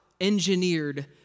engineered